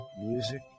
music